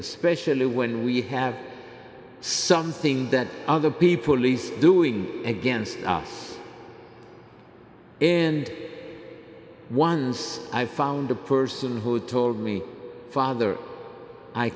especially when we have something that other people least doing against us and once i found the person who told me father i